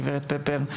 גברת פפר,